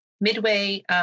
midway